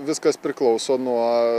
viskas priklauso nuo